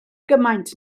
gymaint